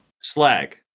Slag